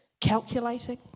Calculating